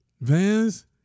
Vans